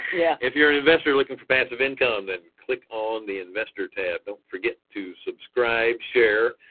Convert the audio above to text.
yeah if you're an investor looking for passive income, then click on the investor tab. don't forget to subscribe, share,